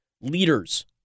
leaders